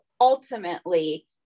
ultimately